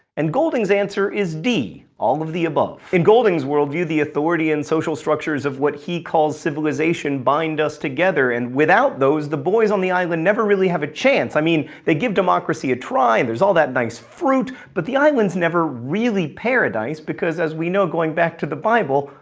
and golding's answer is d all of the above. in golding's world view, the authority and social structures of what he calls civilisation bind us together, and without those, the boys on the island never really have a chance. i mean, they give democracy a try and there's all that nice fruit, but the island's never really paradise because, as we know, going back to the bible,